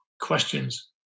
questions